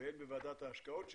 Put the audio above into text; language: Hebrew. והן בוועדת ההשקעות שלה,